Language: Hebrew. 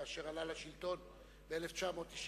כאשר עלה לשלטון ב-1996,